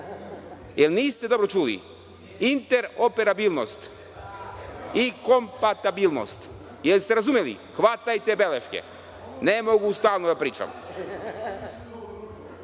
Niste dobro čuli? Interoperabilnost i kompatibilnost, da li ste razumeli? Hvatajte beleške. Ne mogu stalno da pričam.